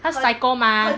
cause psycho mah